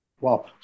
Wow